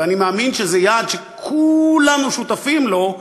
ואני מאמין שזה יעד שכולנו שותפים לו,